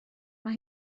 mae